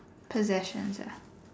possessions ya